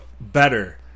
better